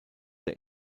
der